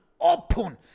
open